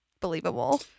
Believable